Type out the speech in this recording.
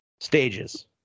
Stages